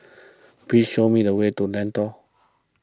please show me the way to Lentor